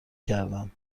کردم